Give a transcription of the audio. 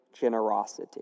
generosity